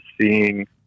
seeing